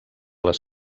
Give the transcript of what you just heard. les